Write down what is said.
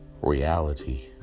Reality